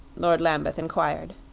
lord lambeth inquired.